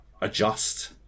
adjust